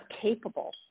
capable